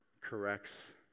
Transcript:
corrects